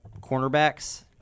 cornerbacks